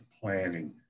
planning